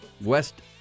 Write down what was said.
West